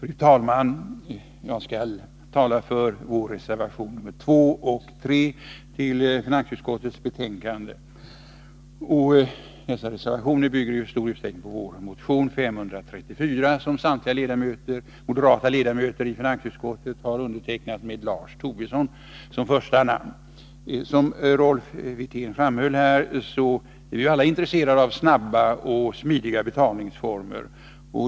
Fru talman! Jag skall tala för reservationerna 2 och 3 i finansutskottets betänkande 35. Dessa reservationer bygger i stor utsträckning på vår motion 534, som samtliga moderata ledamöter i finansutskottet med Lars Tobisson som första namn har undertecknat. Som Rolf Wirtén framhöll är alla intresserade av snabba och smidiga betalningsformer.